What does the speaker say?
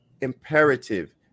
imperative